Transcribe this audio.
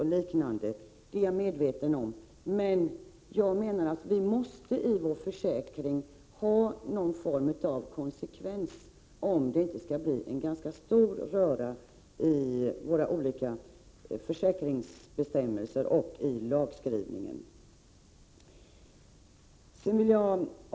Men det måste finnas någon form av konsekvens i vår försäkring, om det inte skall bli en stor oreda i våra olika försäkringsbestämmelser och i lagskrivningen.